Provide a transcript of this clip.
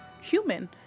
human